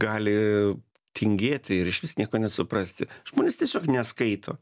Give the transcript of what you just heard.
gali tingėti ir išvis nieko nesuprasti žmonės tiesiog neskaito